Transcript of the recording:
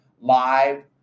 live